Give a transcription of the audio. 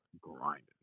grinding